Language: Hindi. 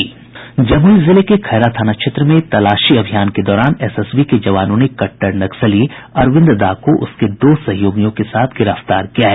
जमुई जिले के खैरा थाना क्षेत्र में तलाशी अभियान के दौरान एसएसबी के जवानों ने कट्टर नक्सली अरविंद दा को उसके दो सहयोगियों के साथ गिरफ्तार किया है